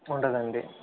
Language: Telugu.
ఉండదండీ